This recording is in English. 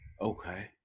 Okay